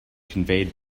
conveyed